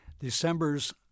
December's